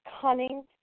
Cunning